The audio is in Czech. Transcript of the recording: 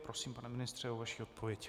Prosím, pane ministře, o vaši odpověď.